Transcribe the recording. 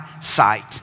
Sight